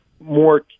more –